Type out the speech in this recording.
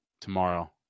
tomorrow